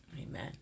Amen